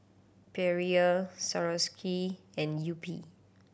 Perrier Swarovski and Yupi